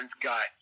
guy